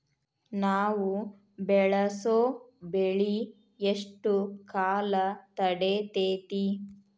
ನಾವು ಬೆಳಸೋ ಬೆಳಿ ಎಷ್ಟು ಕಾಲ ತಡೇತೇತಿ?